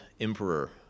emperor